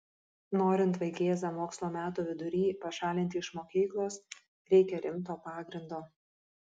norint vaikėzą mokslo metų vidury pašalinti iš mokyklos reikia rimto pagrindo